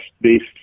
based